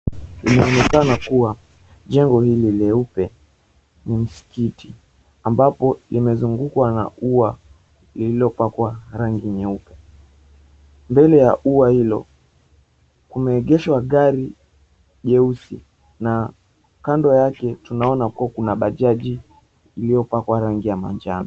Inaonekana kuwa, jengo hili leupe ni msikiti ambapo limezungukwa na ua lililopakwa rangi nyeupe. Mbele ya ua hilo, kumeegeshwa gari jeusi na kando yake tunaona kuwa kuna bajaji iliyopakwa rangi ya manjano.